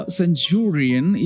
centurion